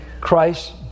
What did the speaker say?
Christ